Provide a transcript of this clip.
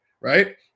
right